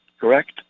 correct